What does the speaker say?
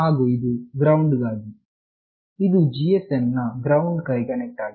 ಹಾಗು ಇದು ಗ್ರೌಂಡ್ ಗಾಗಿ ಇದು GSM ನ ಗ್ರೌಂಡ್ ಗೆ ಕನೆಕ್ಟ್ ಆಗಿದೆ